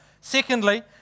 Secondly